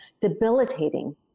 debilitating